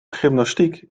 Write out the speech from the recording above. gymnastiek